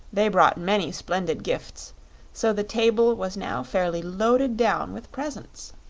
they brought many splendid gifts so the table was now fairly loaded down with presents.